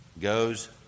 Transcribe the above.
Goes